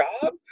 job